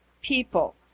People